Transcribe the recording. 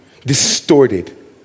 distorted